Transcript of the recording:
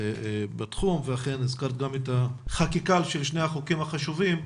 בתחום ואכן הזכרת גם את החקיקה של שני החוקים החשובים,